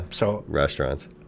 restaurants